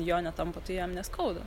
jo netampo tai jam neskauda